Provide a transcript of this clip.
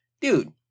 dude